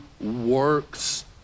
works